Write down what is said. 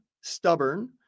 stubborn